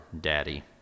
Daddy